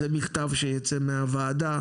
זה מכתב שיצא מהוועדה